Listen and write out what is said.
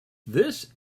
this